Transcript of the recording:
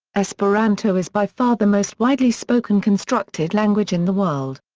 esperanto is by far the most widely spoken constructed language in the world.